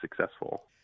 successful